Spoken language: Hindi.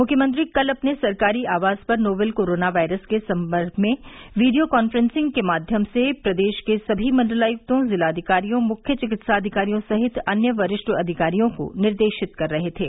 मुख्यमंत्री कल अपने सरकारी आवास पर नोवेल कोरोना वायरस के सन्दर्भ में वीडियो कॉन्फ्रेंसिंग के माध्यम से प्रदेश के सभी मण्डलायक्तों जिलाधिकारियों मुख्य चिकित्साधिकारियों सहित अन्य वरिष्ठ अधिकारियों को निर्देशित कर रहे थे